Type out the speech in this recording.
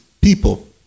people